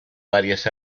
varias